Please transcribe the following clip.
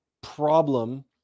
problem